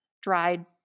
dried